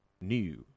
new